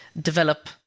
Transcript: develop